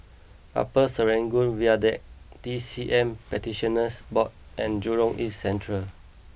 Upper Serangoon Viaduct T C M Practitioners Board and Jurong East Central